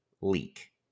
leak